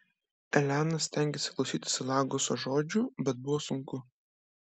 elena stengėsi klausytis lagoso žodžių bet buvo sunku